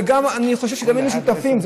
ואני חושב שגם היינו שותפים,